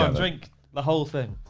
ah drink the whole thing.